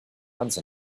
once